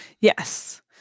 yes